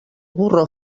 burro